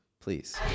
Please